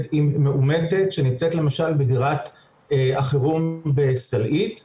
עם מאומתת שנמצאת למשל בדירת החירום בסלעית,